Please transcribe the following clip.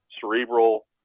cerebral